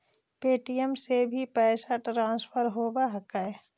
Paytm से भी पैसा ट्रांसफर होवहकै?